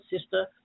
sister